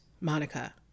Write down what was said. Monica